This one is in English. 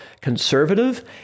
conservative